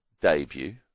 debut